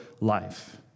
life